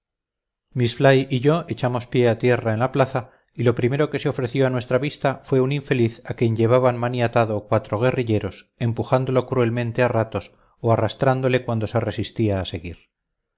miss fly y yo echamos pie a tierra en la plaza y lo primero que se ofreció a nuestra vista fue un infeliz a quien llevaban maniatado cuatro guerrilleros empujándolo cruelmente a ratos o arrastrándole cuando se resistía a seguir